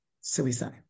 suicide